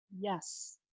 yes